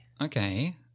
Okay